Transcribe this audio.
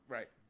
Right